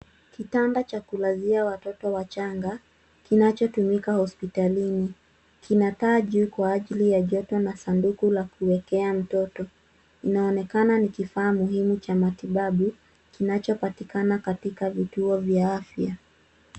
Kitanda cha kulazia watoto wachanga, kinachotumika hospitalini kina taa juu kwa ajili ya joto na sanduku la kuwekea mtoto. Inaonekana ni kifaa muhimu cha matibabu kinachopatikana katika vituo vya afya.